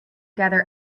gather